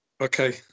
Okay